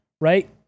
Right